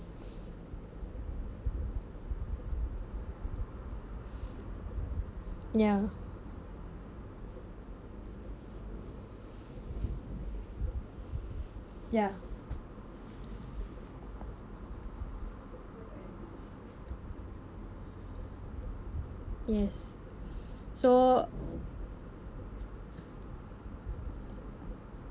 ya ya yes so